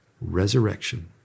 resurrection